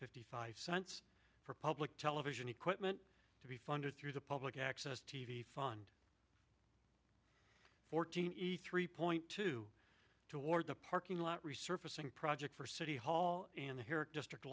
fifty five cents for public television equipment to be funded through the public access t v fund fourteen eat three point two toward the parking lot resurfacing project for city hall and here at district